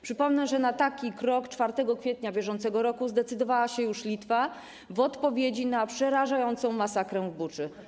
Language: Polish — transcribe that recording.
Przypomnę, że na taki krok 4 kwietnia br. zdecydowała się już Litwa w odpowiedzi na przerażającą masakrę w Buczy.